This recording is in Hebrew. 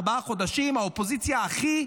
ארבעה חודשים האופוזיציה הכי,